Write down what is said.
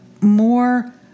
more